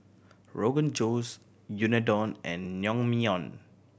Rogan Josh Unadon and Naengmyeon